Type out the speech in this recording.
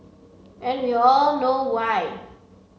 and you all know why